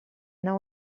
now